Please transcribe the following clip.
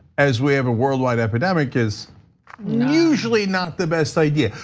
as we have a worldwide epidemic is usually not the best idea,